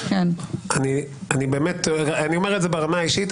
אני אומר ברמה האישית,